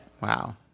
Wow